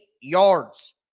yards